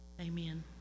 Amen